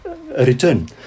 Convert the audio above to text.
return